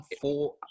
four